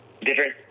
different